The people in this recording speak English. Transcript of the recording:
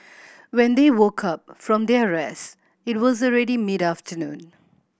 when they woke up from their rest it was already mid afternoon